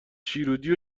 شیرودی